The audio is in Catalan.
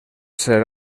ser